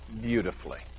beautifully